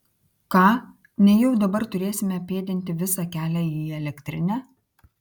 ką nejau dabar turėsime pėdinti visą kelią į elektrinę